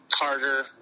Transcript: carter